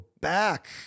back